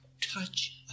touch